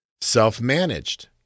Self-managed